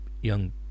young